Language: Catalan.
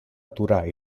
aturar